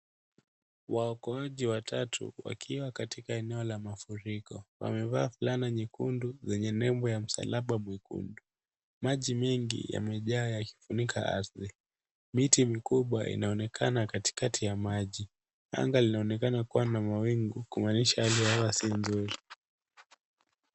Waokoaji watatu wakiwa katika eneo la mafuriko. Wamevaa fulana nyekundu zenye nembo ya msalaba mwekundu. Maji mengi yamejaa yakifunika ardhi. Miti mikubwa inaonekana katikati ya maji. Anga linaonekana kuwa na mawingu, kumaanisha hali ya hewa si mzuri.